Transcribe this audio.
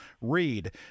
read